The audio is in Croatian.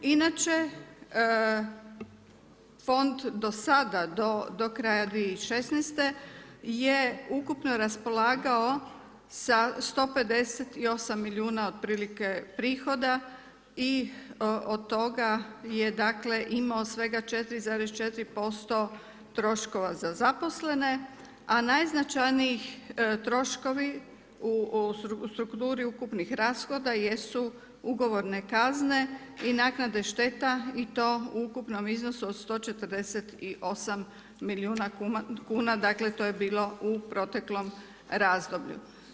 Inače fond do sada, do kraja 2016. je ukupno raspolagao sa 158 milijuna otprilike prihoda i od toga je dakle imao 4,4% troškova za zaposlene a najznačajniji troškovi u strukturi ukupnih rashoda jesu ugovorne kazne i naknade šteta i to u ukupnom iznosu od 148 milijuna kuna, dakle to je bilo u proteklom razdoblju.